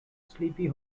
sleepy